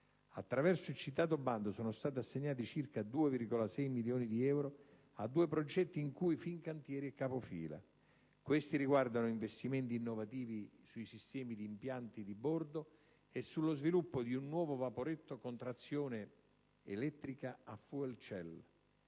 Attraverso il citato bando sono stati assegnati circa 2,6 milioni di euro a due progetti in cui Fincantieri è capofila. Questi riguardano investimenti innovativi sui sistemi d'impianti di bordo e sullo sviluppo di un nuovo vaporetto con trazione elettrica a *fuel* *cell*.